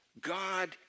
God